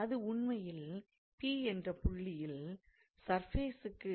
அது உண்மையில் P என்ற புள்ளியில் சர்ஃபேசுக்கு டாண்ஜெண்ட் பிளேனில் அமையும்